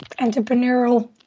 entrepreneurial